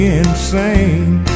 insane